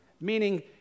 meaning